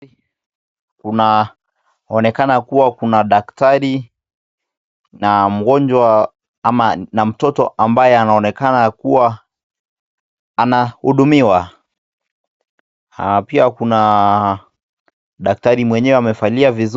Kunaonekana kuwa kuna daktari na mgonjwa ama na mtoto ambaye anaonekana kuwa anahudumiwa pia kuna daktari mwenye amevalia vizuri.